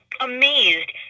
amazed